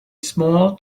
small